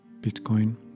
Bitcoin